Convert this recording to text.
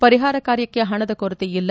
ಪರಿಹಾರ ಕಾರ್ಯಕ್ಕೆ ಹಣದ ಕೊರತೆ ಇಲ್ಲ